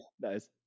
nice